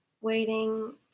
waiting